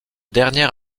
dernière